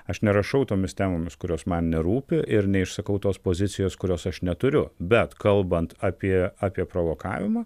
aš nerašau tomis temomis kurios man nerūpi ir neišsakau tos pozicijos kurios aš neturiu bet kalbant apie apie provokavimą